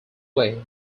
way